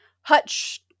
hutch